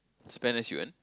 spend as you earn